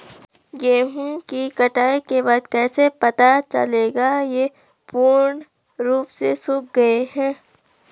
गेहूँ की कटाई के बाद कैसे पता चलेगा ये पूर्ण रूप से सूख गए हैं?